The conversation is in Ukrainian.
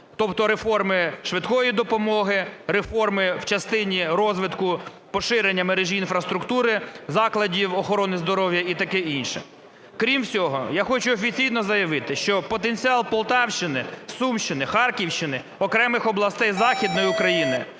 тобто реформи швидкої допомоги, реформи в частині розвитку, поширення мережі інфраструктури закладів охорони здоров'я і таке інше. Крім всього, я хочу офіційно заявити, що потенціал Полтавщини, Сумщини, Харківщини, окремих областей Західної України